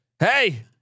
Hey